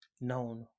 known